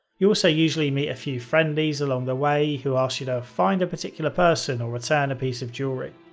you also usually meet a few friendlies along the way who ask you to find a particular person or return a piece of jewellery.